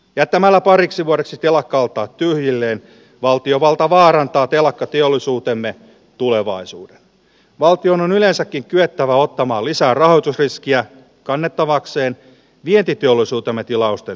jättämällä pariksi vuodeksi telakalta tyhjilleen valtiovalta vaarantaa telakkateollisuutemme tulevaisuuden valtion on yleensäkin kyettävä ottamaan lisää rahoitusriskiä kannettavakseen vientiteollisuutemme tilausten